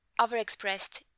overexpressed